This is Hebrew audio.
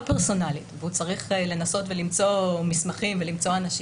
פרסונלית והוא צריך לנסות ולמצוא מסמכים ולמצוא אנשים,